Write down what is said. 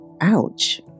Ouch